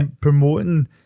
promoting